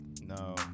No